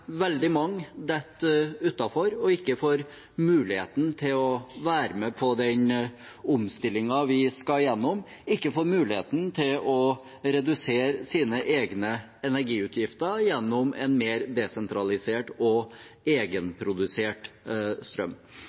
veldig mange faller utenfor og ikke får muligheten til å være med på den omstillingen vi skal gjennom – at de ikke får muligheten til å redusere sine egne energiutgifter gjennom en mer desentralisert og egenprodusert strøm.